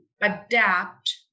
adapt